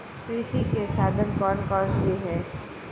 कृषि के साधन कौन कौन से हैं?